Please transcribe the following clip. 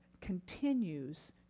continues